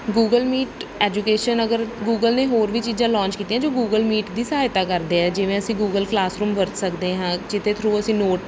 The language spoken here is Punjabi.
ਗੂਗਲ ਮੀਟ ਐਜੂਕੇਸ਼ਨ ਅਗਰ ਗੂਗਲ ਨੇ ਹੋਰ ਵੀ ਚੀਜਾਂ ਲੋਂਚ ਕੀਤੀਆਂ ਜੋ ਗੂਗਲ ਮੀਟ ਦੀ ਸਹਾਇਤਾ ਕਰਦੇ ਹੈ ਜਿਵੇਂ ਅਸੀਂ ਗੂਗਲ ਕਲਾਸਰੂਮ ਵਰਤ ਸਕਦੇ ਹਾਂ ਜਿਸ ਦੇ ਥਰੂ ਅਸੀਂ ਨੋਟ